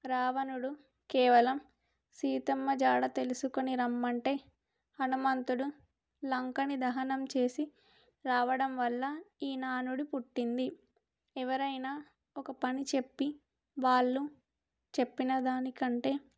రావణడు కేవలం సీతమ్మ జాడ తెలుసుకుని రమ్మంటే హనుమంతుడు లంకని దహనం చేసి రావడం వల్ల ఈ నానుడు పుట్టింది ఎవరైనా ఒక పని చెప్పి వాళ్ళు చెప్పినదానికంటే